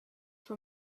for